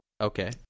Okay